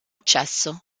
accesso